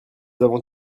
avons